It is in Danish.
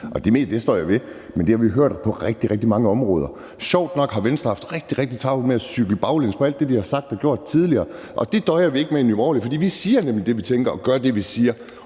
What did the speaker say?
det står jeg ved. Men det har vi jo hørt på rigtig, rigtig mange områder. Sjovt nok har Venstre haft rigtig, rigtig travlt med at cykle baglæns på alt det, de har sagt og gjort tidligere, og det døjer vi ikke med i Nye Borgerlige. For vi siger nemlig det, vi tænker, og gør det, vi siger,